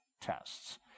tests